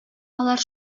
алар